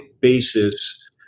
basis